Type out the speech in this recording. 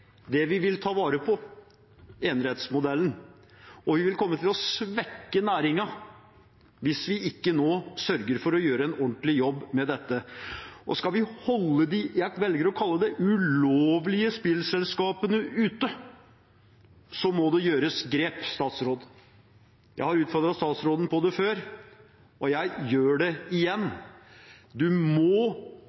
det vi vil ta vare på, enerettsmodellen, og vi vil komme til å svekke næringen hvis vi ikke nå sørger for å gjøre en ordentlig jobb med dette. Skal vi holde de – jeg velger å kalle det – ulovlige spillselskapene ute, må det gjøres grep. Jeg har utfordret statsråden på det før, og jeg gjør det igjen: Hun må